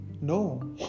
No